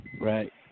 Right